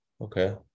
Okay